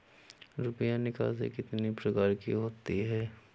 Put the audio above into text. रुपया निकासी कितनी प्रकार की होती है?